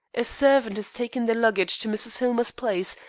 a servant has taken their luggage to mrs. hillmer's place,